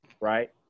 right